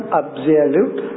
absolute